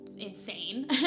insane